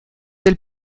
del